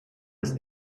des